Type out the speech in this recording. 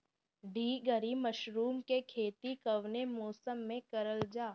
ढीघरी मशरूम के खेती कवने मौसम में करल जा?